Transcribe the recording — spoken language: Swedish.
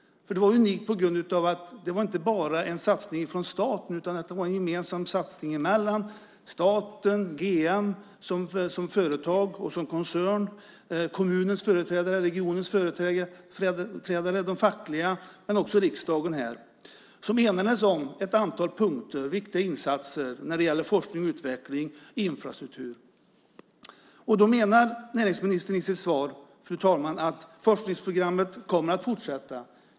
Det var unikt på grund av att det inte bara var en satsning från staten, utan det var en gemensam satsning från staten, GM som företag och koncern, kommunens företrädare, regionens företrädare, de fackliga och riksdagen. Man enades om ett antal punkter med viktiga insatser när det gäller forskning och utveckling och infrastruktur. Fru talman! Näringsministern menar i sitt svar att forskningsprogrammet kommer att fortsätta.